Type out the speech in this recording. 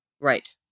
Right